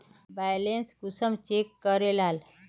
Balance कुंसम check करे लाल?